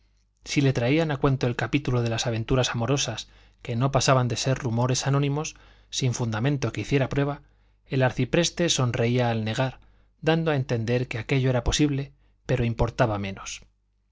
si le traían a cuento el capítulo de las aventuras amorosas que no pasaban de ser rumores anónimos sin fundamento que hiciera prueba el arcipreste sonreía al negar dando a entender que aquello era posible pero importaba menos